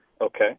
Okay